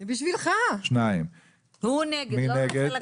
2. מי נגד?